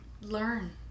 learn